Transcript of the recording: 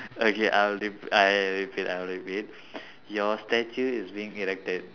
okay I'll repeat I'll repeat I'll repeat your statue is being erected